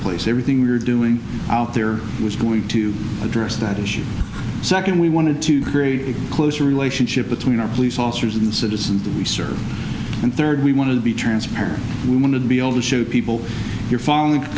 place everything we're doing out there was going to address that issue second we wanted to create a closer relationship between our police officers in the citizens that we serve and third we want to be transparent we want to be able to show people you're following